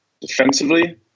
defensively